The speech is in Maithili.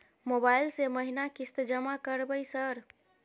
मोबाइल से महीना किस्त जमा करबै सर?